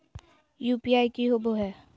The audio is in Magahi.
यू.पी.आई की होबो है?